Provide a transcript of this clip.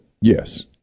Yes